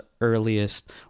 earliest